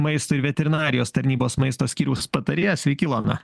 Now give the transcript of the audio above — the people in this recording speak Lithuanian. maisto ir veterinarijos tarnybos maisto skyriaus patarėjas sveiki ilona